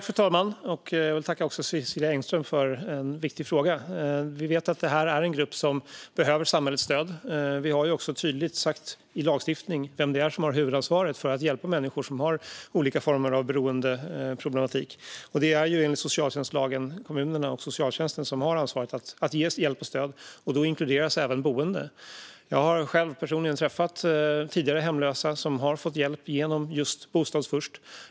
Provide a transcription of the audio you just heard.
Fru talman! Jag vill tacka Cecilia Engström för en viktig fråga. Vi vet att detta är en grupp som behöver samhällets stöd. I lagstiftningen anges tydligt vem som har huvudansvaret för att hjälpa människor som har olika former av beroendeproblematik. Det är enligt socialtjänstlagen kommunerna och socialtjänsten som har ansvar för att ge hjälp och stöd, och då inkluderas även boende. Jag har själv personligen träffat tidigare hemlösa som fått hjälp genom Bostad först.